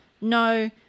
no